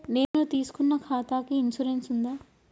నేను తీసుకున్న ఖాతాకి ఇన్సూరెన్స్ ఉందా?